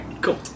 Cool